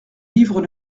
livres